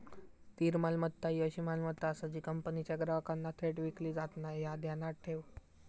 स्थिर मालमत्ता ही अशी मालमत्ता आसा जी कंपनीच्या ग्राहकांना थेट विकली जात नाय, ह्या ध्यानात ठेव